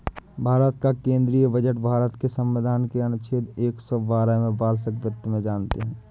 भारत का केंद्रीय बजट भारत के संविधान के अनुच्छेद एक सौ बारह में वार्षिक वित्त में जानते है